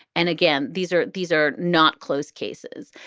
and again, these are these are not close cases.